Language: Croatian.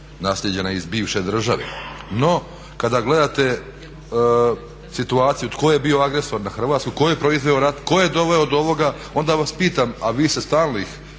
naslijeđena iz bivše države. No, kada gledate situaciju tko je bio agresor na Hrvatsku, tko je proizveo rat, tko je doveo do ovoga onda vas pitam a vi ste stalnih,